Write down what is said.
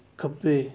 ਖੱਬੇ